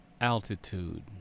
altitude